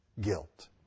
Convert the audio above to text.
guilt